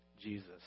Jesus